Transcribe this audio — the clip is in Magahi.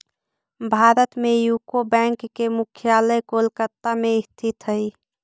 भारत में यूको बैंक के मुख्यालय कोलकाता में स्थित हइ